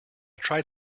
tried